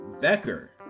becker